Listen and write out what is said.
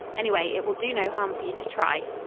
anyway, it will do no harm for you to try.